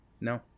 No